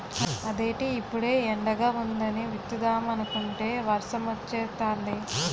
అదేటి ఇప్పుడే ఎండగా వుందని విత్తుదామనుకుంటే వర్సమొచ్చేతాంది